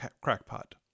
crackpot